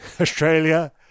Australia